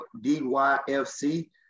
D-Y-F-C